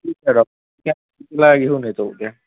ठीक आहे डॉक्टर मी आप तिला घेऊन येतो उद्या